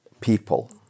People